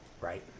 Right